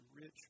rich